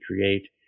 create